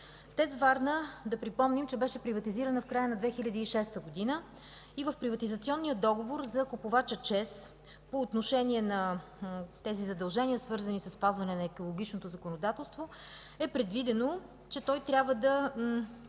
ТЕЦ „Варна”, да припомним, беше приватизирана в края на 2006 г. и в приватизационния договор за купувача ЧЕЗ по отношение на тези задължения, свързани със спазване на екологичното законодателство, е предвидено задължение да